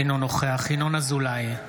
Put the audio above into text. אינו נוכח ינון אזולאי,